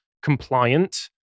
compliant